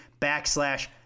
backslash